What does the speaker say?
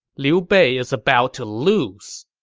liu bei is about to lose!